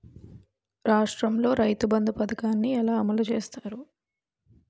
రాష్ట్రంలో రైతుబంధు పథకాన్ని ఎలా అమలు చేస్తారు?